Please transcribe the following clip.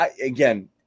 Again